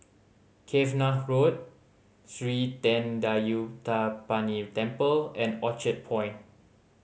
Cavenagh Road Sri Thendayuthapani Temple and Orchard Point